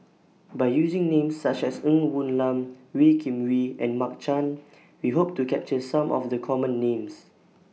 By using Names such as Ng Woon Lam Wee Kim Wee and Mark Chan We Hope to capture Some of The Common Names